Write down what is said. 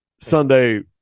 Sunday